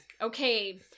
Okay